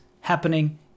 happening